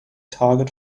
target